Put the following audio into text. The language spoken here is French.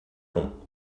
plomb